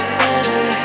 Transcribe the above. better